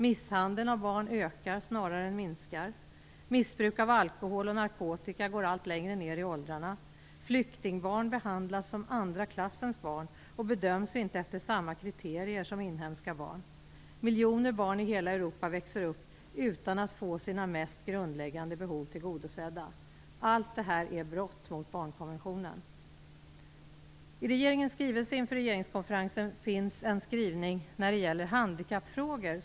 Misshandeln av barn ökar snarare än minskar. Missbruk av alkohol och narkotika går allt längre ner i åldrarna. Flyktingbarn behandlas som andra klassens barn, och bedöms inte i enlighet med samma kriterier som inhemska barn. Miljoner barn i hela Europa växer upp utan att få sina mest grundläggande behov tillgodosedda. Allt detta innebär brott mot barnkonventionen. I regeringens skrivelse inför regeringskonferensen finns en skrivning som rör handikappfrågor.